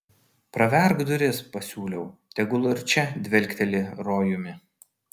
praverk duris pasiūliau tegul ir čia dvelkteli rojumi